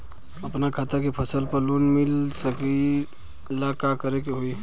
अपना खेत के फसल पर लोन मिल सकीएला का करे के होई?